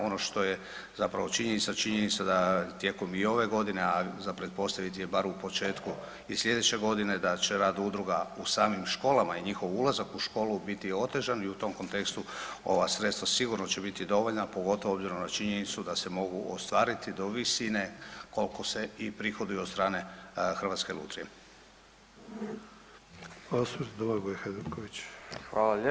Ono što je zapravo činjenica, činjenica da tijekom i ove godine, a i za pretpostaviti je bar u početku sljedeće godine da će rad udruga u samim školama i njihov ulazak u školu biti otežan i u tom kontekstu ova sredstva sigurno će biti dovoljna, pogotovo obzirom na činjenicu sa se mogu ostvariti do visine koliko se i prihoduje od strane Hrvatske lutrije.